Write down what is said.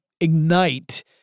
ignite